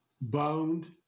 bound